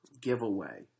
giveaway